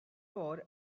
sword